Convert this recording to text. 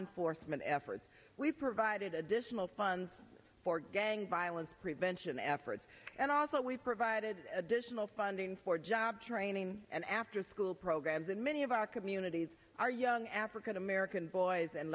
enforcement efforts we provided additional funds for gang violence prevention efforts and also we provided additional funding for job training and afterschool programs and many of our communities our young african american boys and